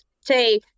say